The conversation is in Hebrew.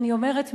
אני אומרת מראש.